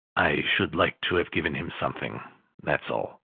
i should like to have given him something that's all.